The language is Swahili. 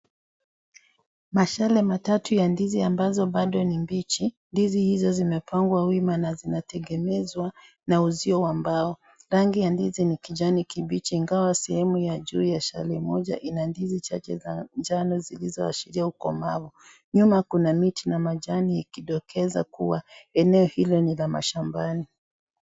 Mashale matatu ya ndizi ambazo bado ni mbichi. Ndizi hizo zimepangwa wima na zinategemezwa na uzio wa mbao. Rangi ya ndizi ni kijani kibichi ingawa sehemu ya juu ya shale, moja ina ndizi chache za rangi ya njano zilizoashiria kukomaa, nyuma kuna ndizi na majani yakidokeza kuwa eneo hilo ni la mashambani.